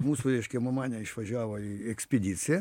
mūsų reiškia mamania išvažiavo į ekspediciją